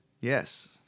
Yes